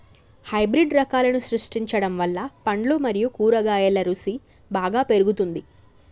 hybrid రకాలను సృష్టించడం వల్ల పండ్లు మరియు కూరగాయల రుసి బాగా పెరుగుతుంది